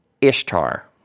Ishtar